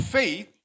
faith